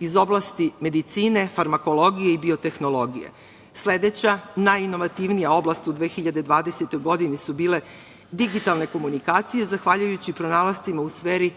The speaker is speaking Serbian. iz oblasti medicine, farmakologije i biotehnologije. Sledeća najinovativnija oblast u 2020. godini su bile digitalne komunikacije, zahvaljujući pronalascima u sferi